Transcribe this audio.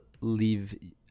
leave